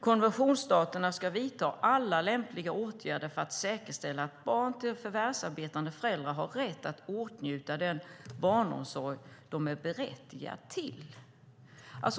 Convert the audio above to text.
Konventionsstaterna skall vidta alla lämpliga åtgärder för att säkerställa att barn till förvärvsarbetande föräldrar har rätt att åtnjuta den barnomsorg som de är berättigade till."